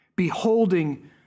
beholding